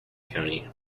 county